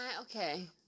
Okay